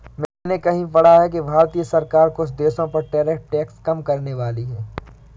मैंने कहीं पढ़ा है कि भारतीय सरकार कुछ देशों पर टैरिफ टैक्स कम करनेवाली है